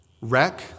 wreck